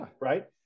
Right